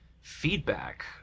feedback